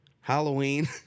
Halloween